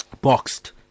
boxed